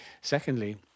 Secondly